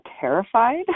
terrified